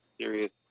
serious